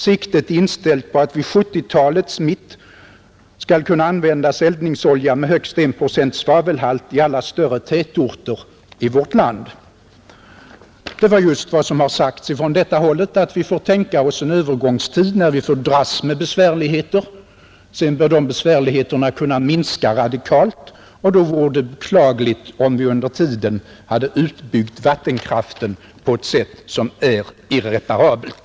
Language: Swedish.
Siktet är inställt på att vid 70-talets mitt skall kunna användas eldningsolja med högst 1 procent svavelhalt i alla större tätorter i vårt land.” Det är just vad som har sagts: Vi får tänka oss en övergångstid när vi dras med besvärligheter. Sedan bör de besvärligheterna kunna minska radikalt, och då vore det beklagligt om vi under tiden hade utbyggt vattenkraften på ett sätt som är irreparabelt.